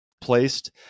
placed